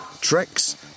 tricks